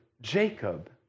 Jacob